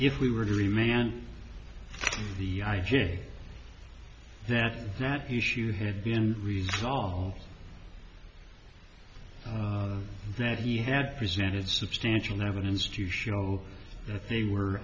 if we were to remain and the i j that that issue had been resolved that he had presented substantial evidence to show that they were